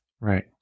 Right